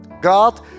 God